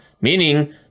Meaning